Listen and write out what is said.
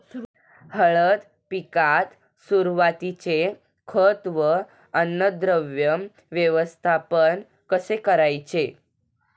हळद पिकात सुरुवातीचे खत व अन्नद्रव्य व्यवस्थापन कसे करायचे?